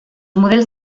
models